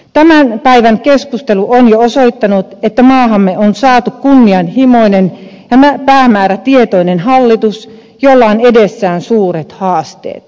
tämän päivän keskustelu on jo osoittanut että maahamme on saatu kunnianhimoinen ja päämäärätietoinen hallitus jolla on edessään suuret haasteet